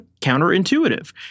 counterintuitive